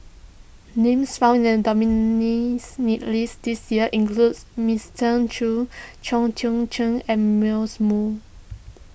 names found in the list this year includes Choos Chong Chien and Moo